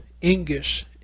English